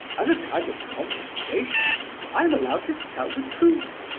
as a kind of compensation i am allowed to tell the truth,